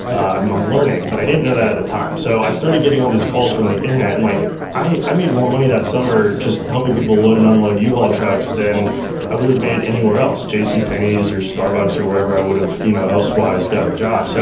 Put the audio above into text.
i'm i'm learning, but i didn't know that at the time. so, i started getting all these calls from the internet. and like i i made more money that summer just helping people load and unload u-haul trucks than i would've made anywhere else. j c. penneys or starbucks or wherever i would of you know else wise got a job, so